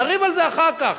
נריב על זה אחר כך.